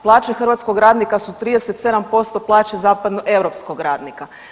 Plaće hrvatskog radnika su 37% plaće zapadnoeuropskog radnika.